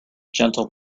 gentle